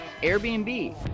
airbnb